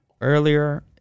earlier